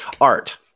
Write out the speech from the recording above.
art